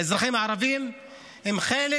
האזרחים הערבים הם חלק